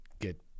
get